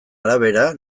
arabera